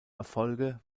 erfolge